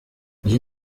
iyi